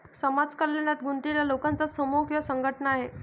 समाज कल्याणात गुंतलेल्या लोकांचा समूह किंवा संघटना आहे